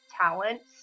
talents